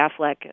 Affleck